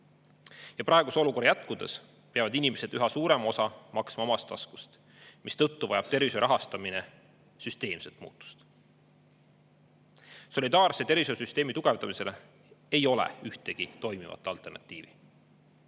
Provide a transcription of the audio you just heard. Praeguse olukorra jätkudes peavad inimesed üha suurema osa maksma omast taskust. Seetõttu vajab tervishoiu rahastamine süsteemset muutust. Solidaarse tervishoiusüsteemi tugevdamisele ei ole ühtegi toimivat alternatiivi.